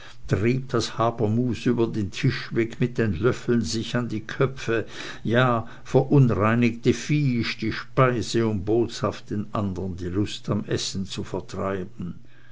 trieb das habermus über den tisch weg mit den löffeln sich an die köpfe ja verunreinigte viehisch die speise um boshaft den andern die lust am essen zu vertreiben